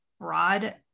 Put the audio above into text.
broad